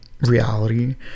reality